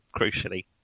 crucially